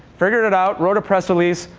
figured it out, wrote a press release,